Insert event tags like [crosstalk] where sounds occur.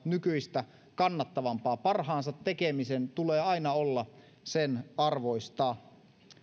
[unintelligible] nykyistä kannattavampaa parhaansa tekemisen tulee aina olla sen arvoista